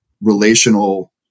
relational